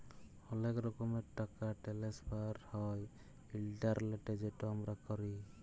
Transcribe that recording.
অলেক রকমের টাকা টেনেসফার হ্যয় ইলটারলেটে যেট আমরা ক্যরি